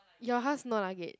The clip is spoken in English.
your house no luggage